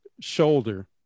shoulder